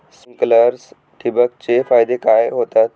Sprinklers ठिबक चे फायदे काय होतात?